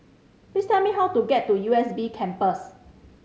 please tell me how to get to U S B Campus